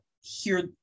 hear